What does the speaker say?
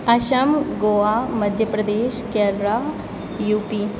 असम गोवा मध्यप्रदेश कैबरा यु पी